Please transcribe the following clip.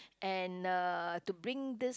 and uh to bring this